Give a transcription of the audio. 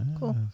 Cool